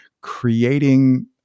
creating